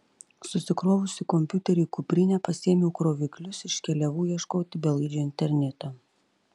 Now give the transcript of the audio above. susikrovusi kompiuterį į kuprinę pasiėmusi kroviklius iškeliavau ieškoti belaidžio interneto